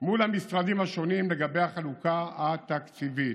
מול המשרדים השונים לגבי החלוקה התקציבית".